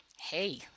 hey